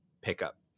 pickup